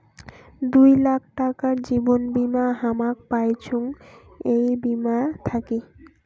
দুই লাখ টাকার জীবন বীমা হামাক পাইচুঙ এই বীমা থাকি